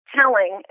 telling